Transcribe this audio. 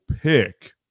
pick